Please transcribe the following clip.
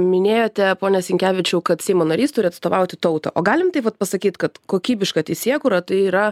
minėjote pone sinkevičiau kad seimo narys turi atstovauti tautą o galim taip vat pasakyt kad kokybiška teisėkūra tai yra